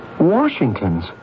Washington's